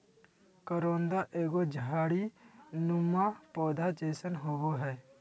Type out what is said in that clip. करोंदा एगो झाड़ी नुमा पौधा जैसन होबो हइ